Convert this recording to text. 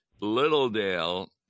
Littledale